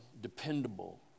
dependable